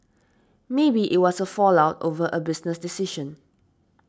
maybe it was a fallout over a business decision